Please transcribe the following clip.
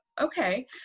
okay